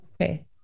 okay